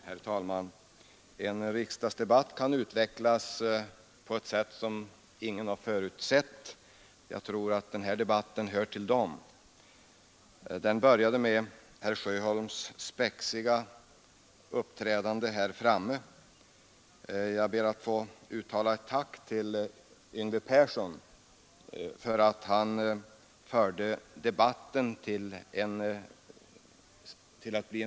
Herr talman! En riksdagsdebatt kan utvecklas på ett intressant sätt och ibland på ett sätt som inte förutsetts. Jag tror att det gäller denna debatt. Den började med herr Sjöholms spexiga uppträdande här framme. Jag ber att få uttala ett tack till herr Yngve Persson för att han förde in debatten på en seriös bog.